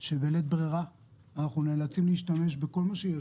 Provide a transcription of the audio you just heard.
שבלית ברירה אנחנו נאלצים להשתמש בכל מה שיש